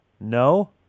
No